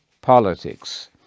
politics